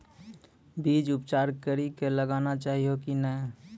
बीज उपचार कड़ी कऽ लगाना चाहिए कि नैय?